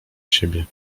siebie